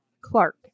Clark